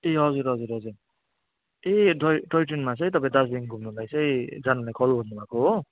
ए हजुर हजुर हजुर ए टय टय ट्रेनमा चाहिँ तपाईँ दार्जिलिङ घुम्नुलाई चाहिँ जानुलाई कल गर्नुभएको हो